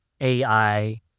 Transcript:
AI